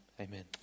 Amen